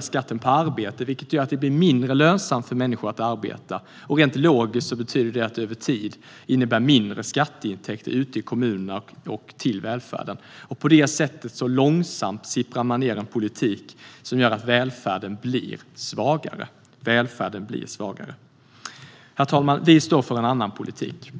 skatten på arbete, vilket gör att det blir mindre lönsamt för människor att arbeta. Rent logiskt betyder det att det över tid innebär mindre skatteintäkter ute i kommunerna och till välfärden. På det sättet sipprar det långsamt ned en politik som gör att välfärden blir svagare. Herr talman! Vi står för en annan politik.